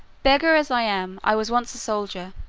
beggar as i am, i was once a soldier,